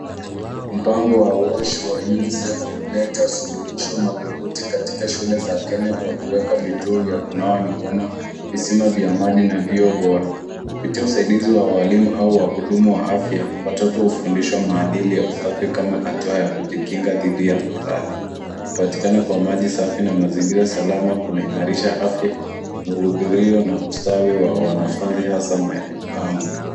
Mpango wa WASH was UNICEF huleta suluhisho madhubuti katika shule za Kenya kwa kuweka vituo vya kunawa mikono, visima vya maji na vyoo bora. Kupitia usaidizi wa walimu au wahudumu wa afya, watoto hufundishwa maadili ya usafi kama hatua ya kujikinga dhidi ya maradhi. Kupatikana kwa maji safi na mazingira salama kunaimarisha afya muhudhurio na ustawi wa wanafunzi hasa maeneo kame.